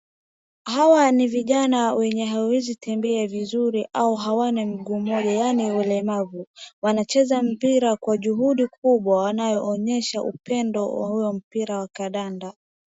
Hawa ni vijana wenye hawawezi tembea vizuri, au hawana mguu moja, yani ulemavu. Wanacheza mpira kwa juhudi kubwa unaoonyesha pendo wa huo mpira wa kandanda.